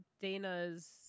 Dana's